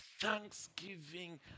thanksgiving